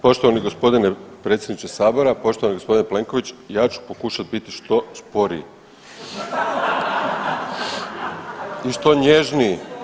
Poštovani gospodine predsjedniče sabora, poštovani gospodine Plenković ja ću pokušati biti što sporiji i što nježniji.